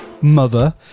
mother